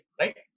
right